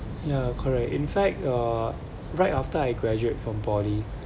ya correct in fact uh right after I graduate from poly